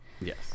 Yes